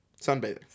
Sunbathing